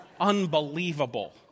unbelievable